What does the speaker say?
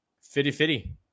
fitty-fitty